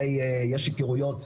די יש הכרויות,